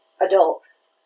adults